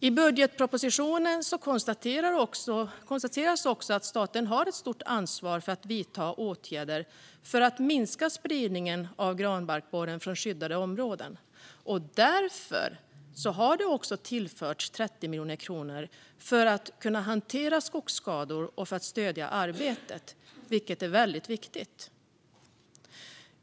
I budgetpropositionen konstateras också att staten har ett stort ansvar för att vidta åtgärder för att minska spridningen av granbarkborren från skyddade områden. Därför har det också tillförts 30 miljoner kronor för att kunna hantera skogsskador och för att stödja arbetet, vilket är väldigt viktigt.